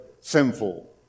sinful